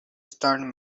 stern